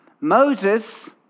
Moses